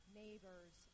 neighbors